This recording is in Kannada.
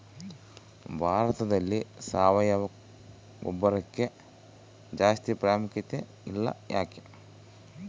ಭಾರತದಲ್ಲಿ ಸಾವಯವ ಗೊಬ್ಬರಕ್ಕೆ ಜಾಸ್ತಿ ಪ್ರಾಮುಖ್ಯತೆ ಇಲ್ಲ ಯಾಕೆ?